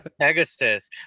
Pegasus